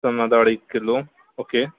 चणा डाळ एक किलो ओ के